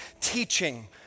teaching